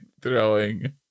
throwing